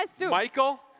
Michael